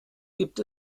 gibt